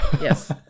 yes